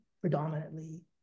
predominantly